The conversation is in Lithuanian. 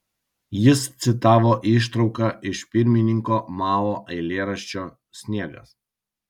jis citavo ištrauką iš pirmininko mao eilėraščio sniegas